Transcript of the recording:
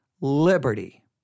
liberty